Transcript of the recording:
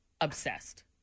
obsessed